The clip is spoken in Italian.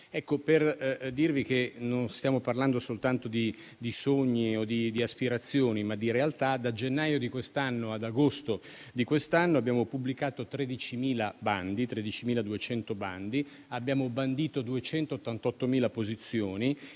anni. Per dirvi che non stiamo parlando soltanto di sogni o di aspirazioni, ma di realtà, da gennaio ad agosto di quest'anno abbiamo pubblicato 13.200 bandi, abbiamo bandito 288.000 posizioni